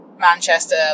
manchester